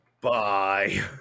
Bye